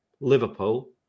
Liverpool